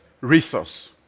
resource